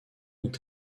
ont